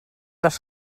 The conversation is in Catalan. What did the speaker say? les